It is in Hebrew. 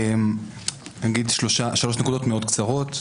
אני אגיד שלוש נקודות מאוד קצרות,